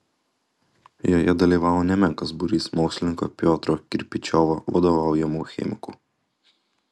joje dalyvavo nemenkas būrys mokslininko piotro kirpičiovo vadovaujamų chemikų